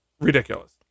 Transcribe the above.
ridiculous